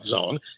Zone